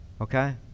okay